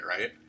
right